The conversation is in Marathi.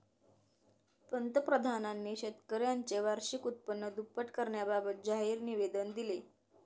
पंतप्रधानांनी शेतकऱ्यांचे वार्षिक उत्पन्न दुप्पट करण्याबाबत जाहीर निवेदन दिले